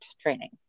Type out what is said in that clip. training